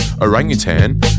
orangutan